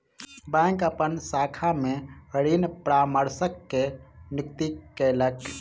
bank अपन शाखा में ऋण परामर्शक के नियुक्ति कयलक